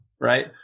right